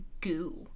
goo